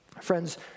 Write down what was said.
Friends